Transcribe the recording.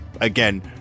again